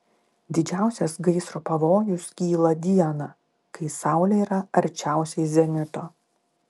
didžiausias gaisro pavojus kyla dieną kai saulė yra arčiausiai zenito